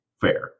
fair